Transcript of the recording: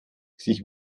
sich